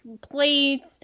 plates